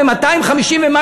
ב-250%.